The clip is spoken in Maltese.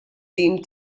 tim